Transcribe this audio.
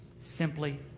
Simply